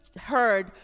heard